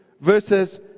versus